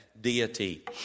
deity